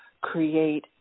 create